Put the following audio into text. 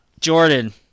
Jordan